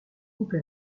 couple